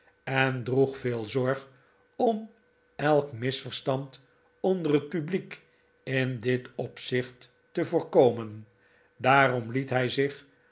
en droeg veel zorg om elk misverstand onder het publiek in dit opzicht te voorkomen daarom liet hij zich